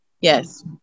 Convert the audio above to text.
yes